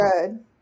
good